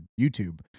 YouTube